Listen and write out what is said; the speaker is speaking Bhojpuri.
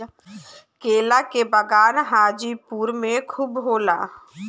केला के बगान हाजीपुर में खूब होला